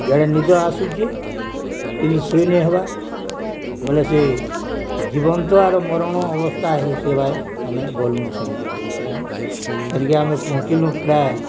ଇଆଡ଼େ ନିଦ ଆସୁଛି କିନ୍ତୁ ଶୋଇନେ ହବା ବଲେ ସେ ଜୀବନ୍ତ ଆର ମରଣ ଅବସ୍ଥା ହେଇ ସେ ବାଏ ଆମେ ଗଲୁ ସେନ୍କେ ପହଞ୍ଚିଲୁ ସେନ୍କେ ଆମେ ପହଞ୍ଚିଲୁ ପ୍ରାୟ